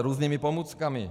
Různými pomůckami.